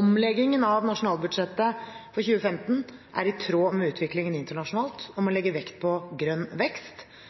Omleggingen av Nasjonalbudsjettet for 2015 er i tråd med utviklingen internasjonalt om å legge vekt på grønn vekst, hvordan naturkapitalen kan opprettholdes samtidig som det legges til rette for økonomisk vekst.